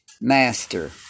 Master